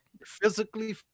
physically